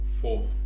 four